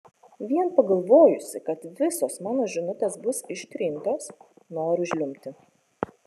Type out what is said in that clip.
vien pagalvojusi kad visos mano žinutės bus ištrintos noriu žliumbti